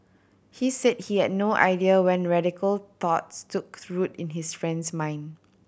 he said he had no idea when radical thoughts took root in his friend's mind